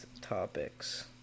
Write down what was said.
topics